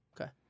Okay